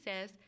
says